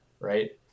right